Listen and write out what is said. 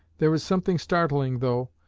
there is something startling, though,